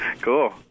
Cool